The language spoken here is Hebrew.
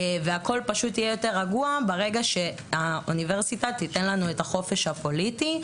הכול יהיה פשוט יותר רגוע כאשר האוניברסיטה תיתן לנו את החופש הפוליטי.